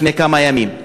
לפני כמה ימים.